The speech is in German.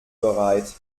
bereit